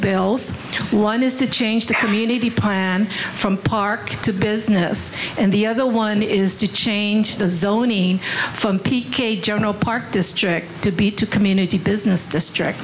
bills one is to change the community plan from park to business and the other one is to change the zoning from p k general park district to be to community business district